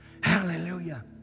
Hallelujah